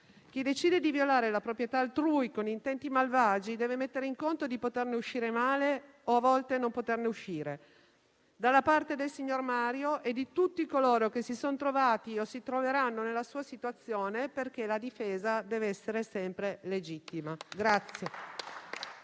Chi decide di violare la proprietà altrui con intenti malvagi deve mettere in conto di poterne uscire male o, a volte, di non poterne uscire. Siamo dalla parte del signor Mario e di tutti coloro che si sono trovati o si troveranno nella sua situazione, perché la difesa deve essere sempre legittima.